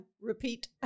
repeat